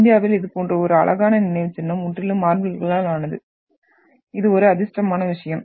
இந்தியாவில் இது போன்ற ஒரு அழகான நினைவுச்சின்னம் முற்றிலும் மார்பில்களால் ஆனது ஒரு அதிர்ஷ்டமான விஷயம்